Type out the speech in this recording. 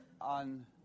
on